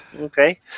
Okay